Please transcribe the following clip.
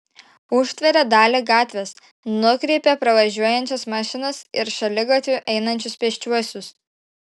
užtveria dalį gatvės nukreipia pravažiuojančias mašinas ir šaligatviu einančius pėsčiuosius